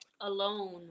alone